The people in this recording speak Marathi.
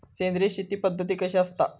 सेंद्रिय शेती पद्धत कशी असता?